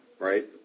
right